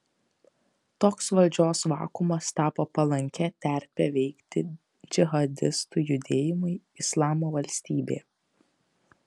toks valdžios vakuumas tapo palankia terpe veikti džihadistų judėjimui islamo valstybė